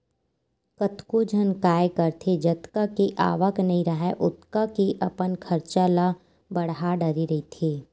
कतको झन काय करथे जतका के आवक नइ राहय ओतका के अपन खरचा ल बड़हा डरे रहिथे